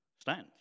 stand